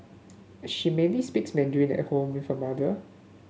she mainly speaks Mandarin at home with her mother